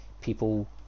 people